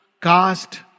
cast